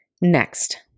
Next